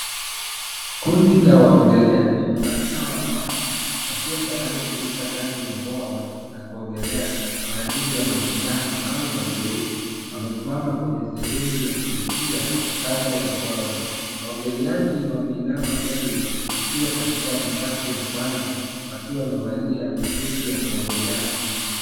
Kundi la waogeleaji, hasaa wanawake, wakiwa tayari kuruka ndani ya bwawa, la kuogelea, kwa ajili ya mashindano au mazoezi. Wamesimama kwenye sehemu ya kurukia, kando ya bwawa. Waogeleaji wameinama mbele, wakiwa katika nafasi ya kuanza, wakiwa wamevalia, suti ya kuogelea.